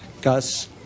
Gus